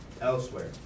elsewhere